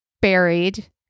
buried